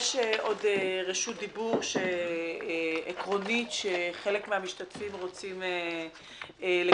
יש עוד רשות דיבור עקרונית שחלק מהמשתתפים רוצים לקבל,